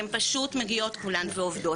הן פשוט מגיעות כולן ועובדות,